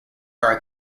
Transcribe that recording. are